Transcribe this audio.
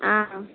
ஆ